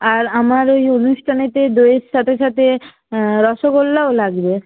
আর আমার ওই অনুষ্ঠানেতে দইয়ের সাথে সাথে রসগোল্লাও লাগবে